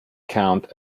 count